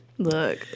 Look